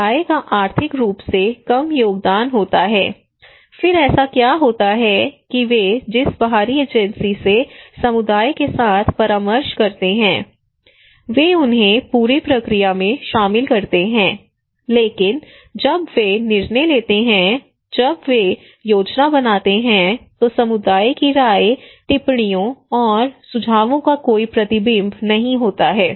समुदाय का आर्थिक रूप से कम योगदान होता है फिर ऐसा क्या होता है कि वे जिस बाहरी एजेंसी से समुदाय के साथ परामर्श करते हैं वे उन्हें पूरी प्रक्रिया में शामिल करते हैं लेकिन जब वे निर्णय लेते हैं जब वे योजना बनाते हैं तो समुदाय की राय टिप्पणियों और सुझावों का कोई प्रतिबिंब नहीं होता है